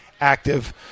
active